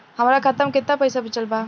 हमरा खाता मे केतना पईसा बचल बा?